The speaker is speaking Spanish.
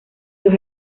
dos